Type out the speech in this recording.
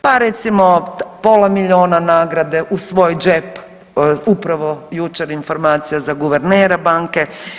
Pa recimo pola milijuna nagrade u svoj džep upravo jučer informacija za guvernera banke.